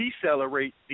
decelerate